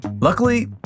Luckily